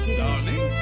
darling